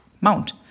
mount